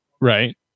Right